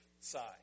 side